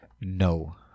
No